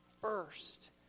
first